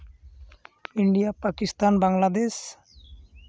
India Pakistan Bangladesh